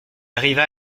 arriva